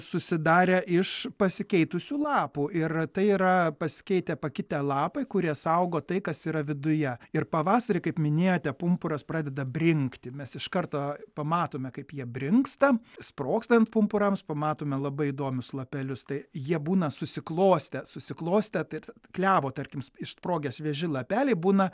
susidarę iš pasikeitusių lapų ir tai yra pasikeitę pakitę lapai kurie saugo tai kas yra viduje ir pavasarį kaip minėjote pumpuras pradeda brinkti mes iš karto pamatome kaip jie brinksta sprogstant pumpurams pamatome labai įdomius lapelius tai jie būna susiklostę susiklostę taip klevo tarkim išsprogę švieži lapeliai būna